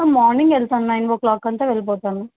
morning వెళతాను nine o'clock అంతా వెళ్ళిపోతాను